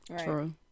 True